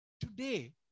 Today